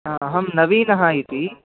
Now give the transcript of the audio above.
हा अहं नवीनः इति